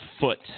foot